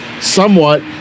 somewhat